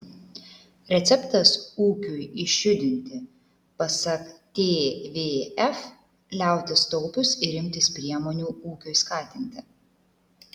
receptas ūkiui išjudinti pasak tvf liautis taupius ir imtis priemonių ūkiui skatinti